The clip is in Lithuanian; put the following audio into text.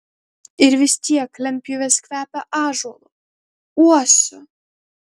ir vis tiek lentpjūvės kvepia ąžuolu uosiu